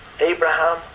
Abraham